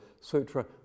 sutra